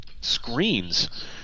screen's